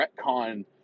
retcon